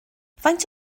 faint